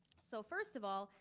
so first of all,